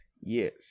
yes